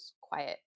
quiet